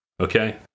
Okay